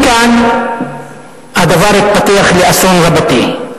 מכאן הדבר התפתח לאסון רבתי.